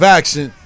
action